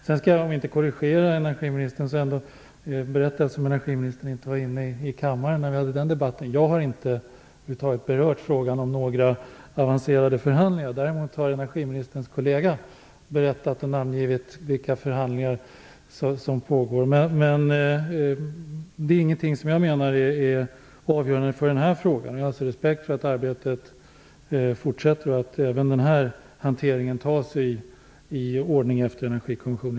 Jag skall korrigera energiministern på en punkt. Energiministern var inte i kammaren tidigare, men jag har inte berört frågan om några avancerade förhandlingar. Däremot har energiministerns kollega berättat och namngivit vilka förhandlingar som pågår. Det är ingenting som jag menar är avgörande för den här frågan. Jag har respekt för att arbetet fortsätter och att även den här hanteringen tas upp efter Energikommissionen.